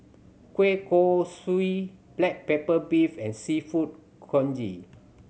kueh kosui black pepper beef and Seafood Congee